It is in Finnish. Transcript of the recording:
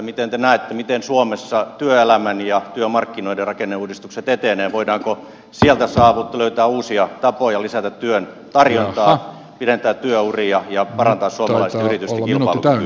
miten te näette miten suomessa työelämän ja työmarkkinoiden rakenneuudistukset etenevät ja voidaanko sieltä löytää uusia tapoja lisätä työn tarjontaa pidentää työuria ja parantaa suomalaisten yritysten kilpailukykyä